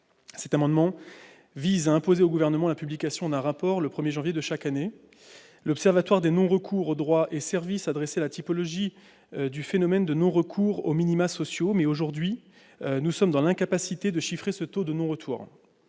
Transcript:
aux minima sociaux, en imposant au Gouvernement la publication d'un rapport sur ce thème le 1janvier de chaque année. L'Observatoire des non-recours aux droits et services a dressé la typologie du phénomène du non-recours aux minima sociaux mais, aujourd'hui, nous sommes dans l'incapacité de chiffrer ce taux de non-recours.